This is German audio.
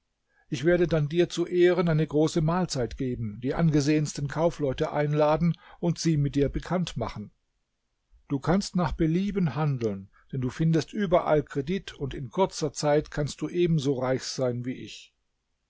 ich werde dann dir zu ehren eine große mahlzeit geben die angesehensten kaufleute einladen und sie mit dir bekannt machen du kannst nach belieben handeln denn du findest überall kredit und in kurzer zeit kannst du ebenso reich sein wie ich